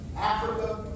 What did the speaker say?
Africa